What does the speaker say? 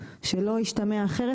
שלא ישתמע אחרת,